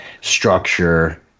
structure